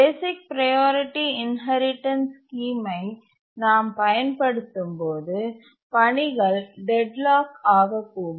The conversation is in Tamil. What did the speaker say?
பேசிக் ப்ரையாரிட்டி இன்ஹெரிடன்ஸ் ஸ்கீமை நாம் பயன்படுத்தும்போது பணிகள் டெட்லாக் ஆகக்கூடும்